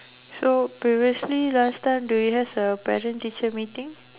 so previously last time do you have a parent teacher meeting